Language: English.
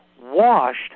washed